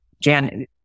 Jan